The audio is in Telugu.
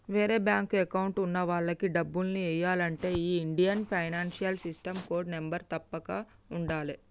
వేరే బ్యేంకు అకౌంట్ ఉన్న వాళ్లకి డబ్బుల్ని ఎయ్యాలంటే ఈ Indian financial system code number తప్పక ఉండాలే